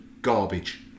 Garbage